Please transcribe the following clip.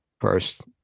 first